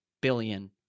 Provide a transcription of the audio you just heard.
billion